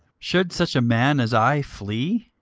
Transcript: should such a man as i flee?